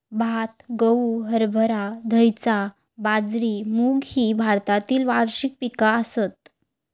भात, गहू, हरभरा, धैंचा, बाजरी, मूग ही भारतातली वार्षिक पिका आसत